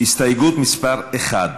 מסעוד גנאים,